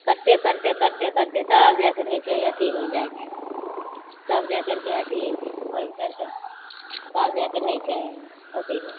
करिते करिते करिते करिते तब जाके रहै छै अथी होइ जाइ छै सब जा करिके अथी होइ करिके होइ छै अथी